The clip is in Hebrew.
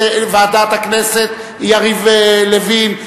ועדת הכנסת יריב לוין,